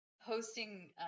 hosting